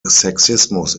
sexismus